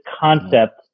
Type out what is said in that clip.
concept